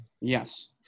Yes